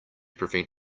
prevent